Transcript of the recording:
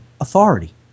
authority